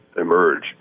emerge